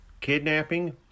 kidnapping